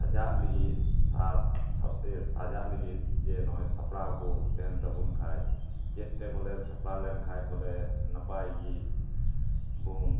ᱥᱟᱡᱟᱜ ᱞᱟᱹᱜᱤᱫ ᱥᱟᱵ ᱥᱟᱵ ᱥᱟᱡᱟᱜ ᱞᱟᱜᱤᱫ ᱡᱮ ᱱᱚᱜᱼᱚᱭ ᱥᱟᱯᱲᱟᱣ ᱠᱚ ᱛᱟᱦᱮᱱ ᱛᱟᱵᱚᱱ ᱠᱷᱟᱡ ᱪᱮᱫᱛᱮ ᱵᱚᱞᱮ ᱥᱟᱯᱲᱟᱣ ᱞᱮᱱᱠᱷᱟᱡ ᱵᱚᱞᱮ ᱱᱟᱯᱟᱭ ᱜᱮ ᱵᱚᱱ